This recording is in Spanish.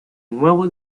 nuevo